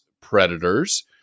predators